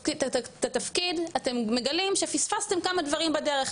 התפקיד אתם מגלים שפספסתם כמה דברים בדרך,